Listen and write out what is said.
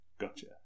Gotcha